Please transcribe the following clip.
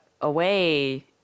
away